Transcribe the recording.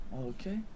Okay